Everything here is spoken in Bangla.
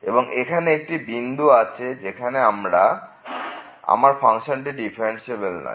এবং এইখানে একটি বিন্দু আছে যেখানে আমার ফাংশনটি ডিফারেন্সিএবেল নয়